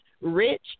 rich